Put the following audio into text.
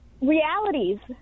realities